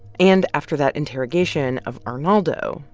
and after that interrogation of arnaldo,